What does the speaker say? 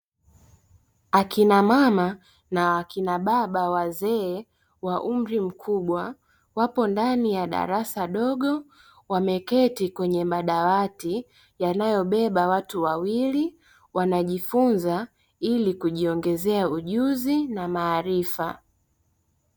Akina mama na akina baba wazee wa umri mkubwa, wapo ndani ya darasa dogo wameketi kwenye madawati yanayobeba watu wawili wanajifunza ili kujiongezea ujuzi na maarifa.